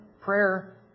Prayer